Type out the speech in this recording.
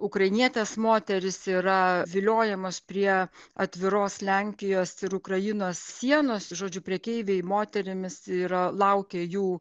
ukrainietės moterys yra viliojamos prie atviros lenkijos ir ukrainos sienos žodžiu prekeiviai moterimis yra laukia jų